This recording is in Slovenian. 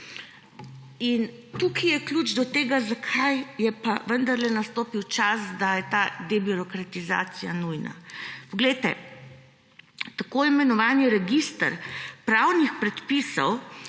Tukaj je ključ do tega, zakaj je pa vendarle nastopil čas, da je ta debirokratizacija nujna. Poglejte, tako imenovani register pravnih predpisov